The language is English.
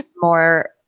more